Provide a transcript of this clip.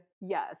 yes